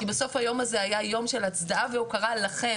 כי בסוף היום הזה היה יום של הצדעה והוקרה לכם,